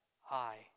high